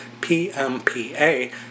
PMPA